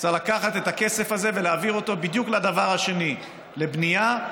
צריך לקחת את הכסף הזה ולהעביר אותו בדיוק לדבר השני: לבנייה,